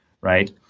right